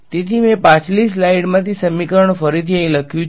તેથી મેં પાછલી સ્લાઇડમાંથી સમીકરણ ફરીથી અહીં લખ્યું છે